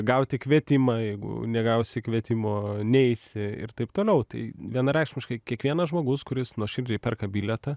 gauti kvietimą jeigu negausi kvietimo neisi ir taip toliau tai vienareikšmiškai kiekvienas žmogus kuris nuoširdžiai perka bilietą